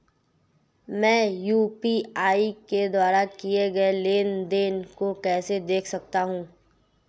मैं यू.पी.आई के द्वारा किए गए लेनदेन को कैसे देख सकता हूं?